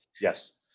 Yes